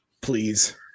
Please